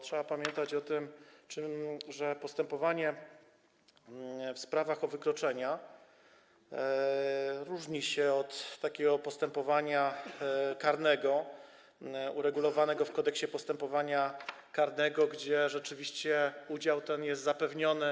Trzeba bowiem pamiętać o tym, że postępowanie w sprawach o wykroczenia różni się od takiego postępowania karnego, które jest uregulowane w Kodeksie postępowania karnego, gdzie rzeczywiście udział ten jest zapewniony.